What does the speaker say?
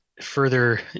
Further